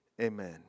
amen